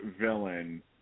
villain